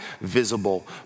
visible